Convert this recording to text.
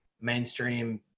mainstream